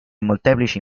molteplici